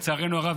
לצערנו הרב,